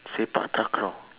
sepak takraw